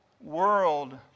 world